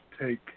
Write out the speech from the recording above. take